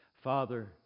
Father